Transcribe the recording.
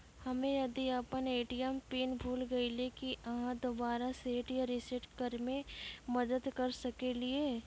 हम्मे यदि अपन ए.टी.एम पिन भूल गलियै, की आहाँ दोबारा सेट या रिसेट करैमे मदद करऽ सकलियै?